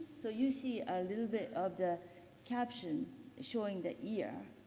so, you see a little bit of the caption showing the year.